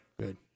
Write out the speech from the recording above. Good